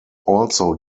also